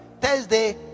Thursday